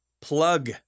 plug